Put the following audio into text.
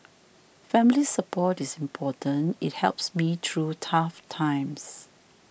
family support is important it helps me through tough times